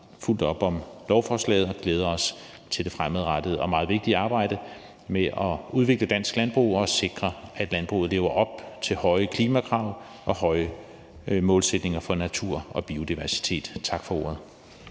fuldt op om lovforslaget og glæder os til det fremadrettede og meget vigtige arbejde med at udvikle dansk landbrug og sikre, at landbruget lever op til høje klimakrav og høje målsætninger for natur og biodiversitet. Tak for ordet.